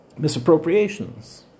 Misappropriations